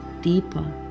deeper